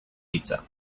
pizza